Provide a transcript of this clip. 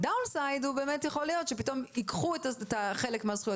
ה-doun side הוא שבאמת יכול להיות שפתאום ייקחו חלק מן הזכויות